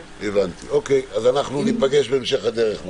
הבנתי, אז ניפגש בהמשך הדרך.